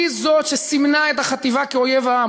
היא זאת שסימנה את החטיבה כאויב העם.